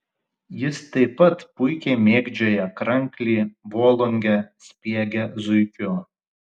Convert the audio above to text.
jis taip pat puikiai mėgdžioja kranklį volungę spiegia zuikiu